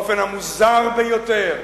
באופן המוזר ביותר,